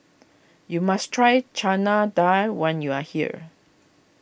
you must try Chana Dal when you are here